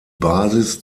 basis